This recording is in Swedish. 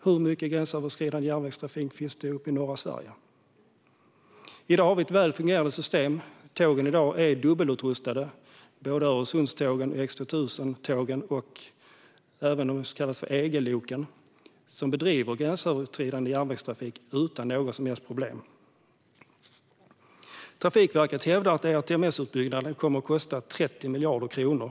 Hur mycket gränsöverskridande tågtrafik finns det uppe i norra Sverige? I dag har vi ett väl fungerande system. Tågen är i dag dubbelutrustade. Det gäller Öresundstågen, X2000-tågen och även de så kallade EG-loken som bedriver gränsöverskridande tågtrafik utan några som helst problem. Trafikverket hävdar att utbyggnaden av ERTMS kommer att kosta 30 miljarder kronor.